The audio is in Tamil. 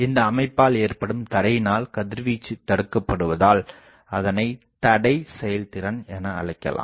இந்த அமைப்பால் ஏற்படும் தடையினால் கதிர்வீச்சு தடுக்கப்படுவதால் அதனைத் தடை செயல்திறன் என அழைக்கலாம்